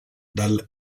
dal